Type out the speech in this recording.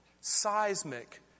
seismic